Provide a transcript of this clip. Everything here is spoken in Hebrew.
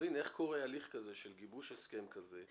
להבין איך קורה הליך כזה של גיבוש הסכם כזה,